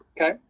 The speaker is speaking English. Okay